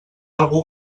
algú